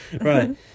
Right